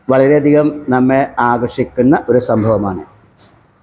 വളരെയധികം നമ്മെ ആകർഷിക്കുന്നൊരു സംഭവമാണ്